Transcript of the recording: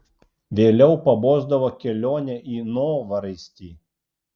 vėliau pabosdavo kelionė į novaraistį